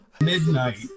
midnight